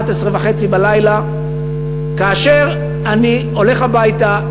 23:30. אני הולך הביתה,